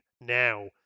now